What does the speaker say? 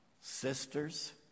sisters